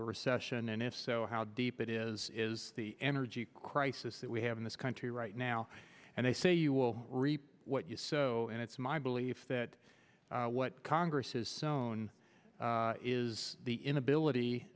a recession and if so how deep it is is the energy crisis that we have in this country right now and they say you will reap what you sow and it's my belief that what congress has sown is the inability